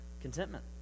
contentment